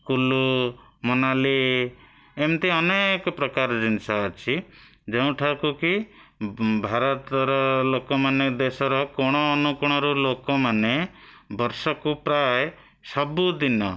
କୁଲ୍ଲୁ ମନାଲି ଏମିତି ଅନେକ ପ୍ରକାର ଜିନିଷ ଅଛି ଯେଉଁଠାକୁ କି ଭାରତର ଲୋକମାନେ ଦେଶର କୋଣ ଅନୁକୋଣରୁ ଲୋକମାନେ ବର୍ଷକୁ ପ୍ରାୟଃ ସବୁଦିନ